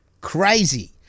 crazy